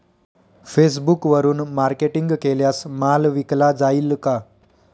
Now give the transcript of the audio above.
फेसबुकवरुन मार्केटिंग केल्यास माल विकला जाईल का?